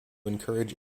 encourage